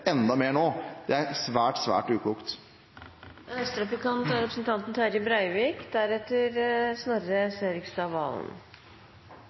enda mer nå, det er svært, svært